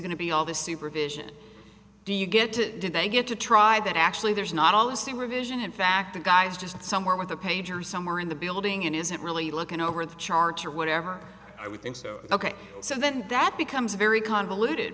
going to be all the supervision do you get to do they get to try that actually there's not all the supervision in fact the guys just somewhere with a pager somewhere in the building isn't really looking over the charts or whatever i would think so ok so then that becomes very convoluted